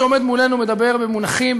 שעומד מולנו מדבר במונחים,